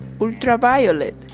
ultraviolet